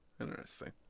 interesting